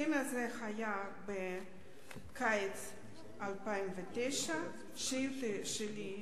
ההסכם הזה היה בקיץ 2009. השאילתא שלי היא